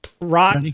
rock